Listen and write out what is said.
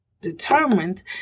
determined